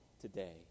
Today